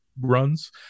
runs